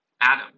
Adam